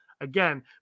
again